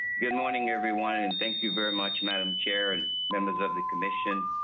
good morning, everyone. and thank you very much madam chair and members of the commission.